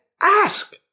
Ask